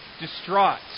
distraught